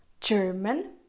German